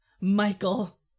Michael